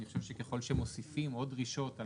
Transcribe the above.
אני חושב שככל שמוסיפים עוד דרישות על